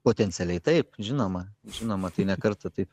potencialiai taip žinoma žinoma tai ne kartą taip